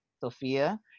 Sophia